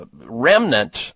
remnant